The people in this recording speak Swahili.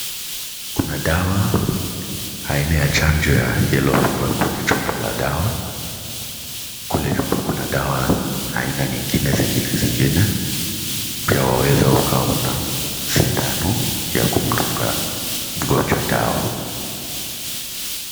Kuna dawa, aina ya chanjo ya yellow fever kwenye chupa la dawa. Kule nyuma kuna dawa, aina nyingine zingine zingine. Pia waweza ukaona sindano ya kumdunga mgonwja dawa.